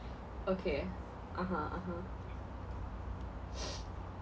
okay (uh huh) (uh huh)